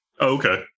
Okay